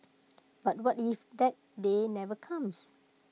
but what if that day never comes